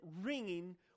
ringing